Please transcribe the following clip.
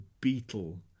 beetle